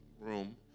room